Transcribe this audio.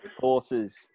Horses